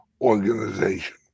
organization